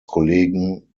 kollegen